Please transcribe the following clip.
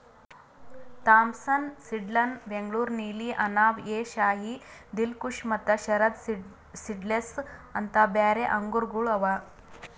Thompson seedless, Bengaluru ನೀಲಿ, ಅನಾಬ್ ಎ ಶಾಹಿ, ದಿಲ್ಖುಷ ಮತ್ತ Sharad seedless ಅಂತ್ ಬ್ಯಾರೆ ಆಂಗೂರಗೊಳ್ ಅವಾ